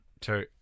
two